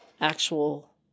actual